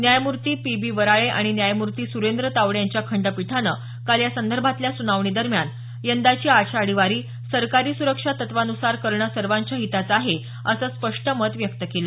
न्यायमूर्ती P B Varale आणि न्यायमूर्ती सुरेन्द्र तावडे यांच्या खंडपीठान काल यासंदर्भातल्या सुनावणीदरम्यान यंदाची आषाढी वारी सरकारी सुरक्षा तत्वानुसार करणं सर्वांच्या हिताचं आहे असं स्पष्ट मत व्यक्त केलं